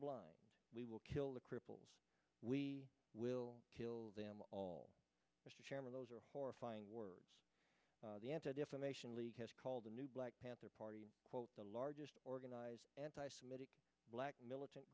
blind we will kill the cripples we will kill them all those are horrifying words the anti defamation league has called the new black panther party the largest organized anti semitic black militant